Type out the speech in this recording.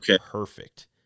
perfect